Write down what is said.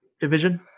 Division